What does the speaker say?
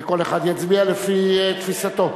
וכל אחד יצביע לפי תפיסתו.